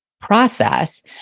process